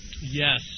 Yes